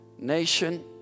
Nation